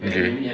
okay